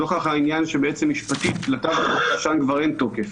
העניין שבעצם משפטית לתו ירוק הישן כבר אין תוקף.